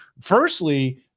Firstly